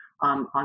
on